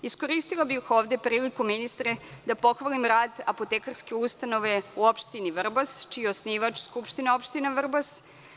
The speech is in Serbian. Iskoristila bih ovom prilikom, ministre, da pohvalim rad apotekarske ustanove u opštini Vrbas, čiji je osnivač SO Vrbas.